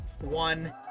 one